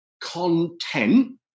content